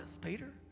Peter